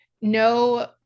no